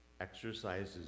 exercises